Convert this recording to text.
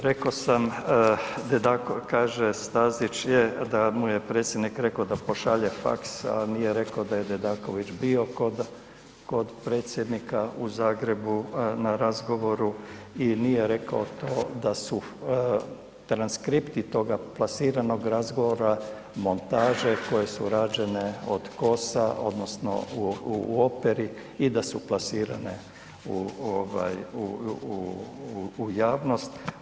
Reko sam, kaže Stazić je da mu je predsjednik reko da pošalje fax, a nije rekao da je Dedaković bio kod, kod predsjednika u Zagrebu na razgovoru i nije rekao to da su transkripti toga plasiranog razgovora montaže koje su rađene od KOS-a odnosno u, u Operi i da su plasirane u ovaj, u, u, u, u javnost.